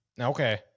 Okay